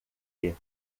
lhe